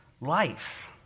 life